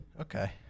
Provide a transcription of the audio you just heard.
Okay